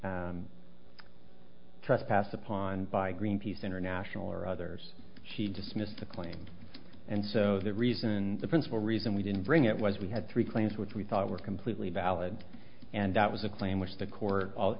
been trespass upon by greenpeace international or others she dismissed the claim and so the reason the principal reason we didn't bring it was we had three claims which we thought were completely valid and that was a claim which the court i'll